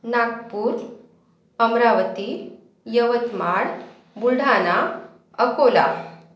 Nagpur Amravati Yavatmal Buldhana Akola